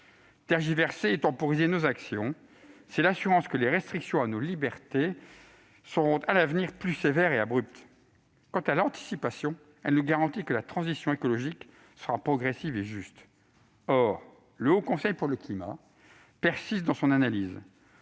Tergiverser et temporiser nos actions, c'est l'assurance que les restrictions à nos libertés seront, à l'avenir, plus sévères et abruptes. Quant à l'anticipation, elle nous garantit que la transition écologique sera progressive et juste. Or le Haut Conseil pour le climat persiste dans son analyse